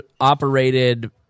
operated